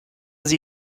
sie